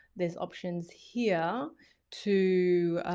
there's options here to